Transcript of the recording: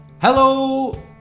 Hello